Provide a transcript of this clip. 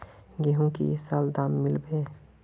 गेंहू की ये साल दाम मिलबे बे?